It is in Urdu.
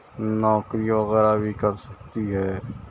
نوکری وغیرہ بھی کر سکتی ہے